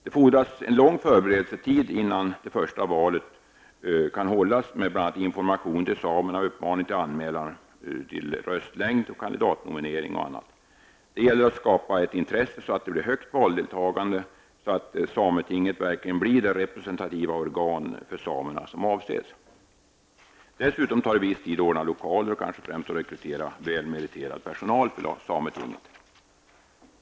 Det fordras en lång förberedelsetid med bl.a. information till samerna och uppmaning till anmälan till röstlängd och kandidatnominering innan det första valet kan hållas. Det gäller att skapa ett intresse att det skall bli ett stort valdeltagande så att sametinget verkligen blir det representativa organ för samerna som avses. Dessutom tar det viss tid att ordna lokaler och kanske främst att rekrytera väl meriterad personal för sametinget.